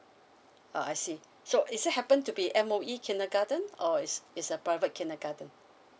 uh I see so is it happen to be M_O_E kindergarten or it's a private kindergarten